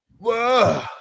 Whoa